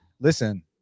listen